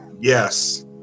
yes